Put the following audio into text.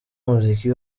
umuziki